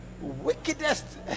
wickedest